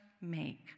make